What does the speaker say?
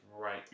right